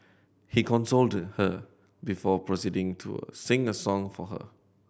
he consoled her before proceeding to sing a song for her